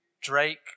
Drake